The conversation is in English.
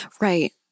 Right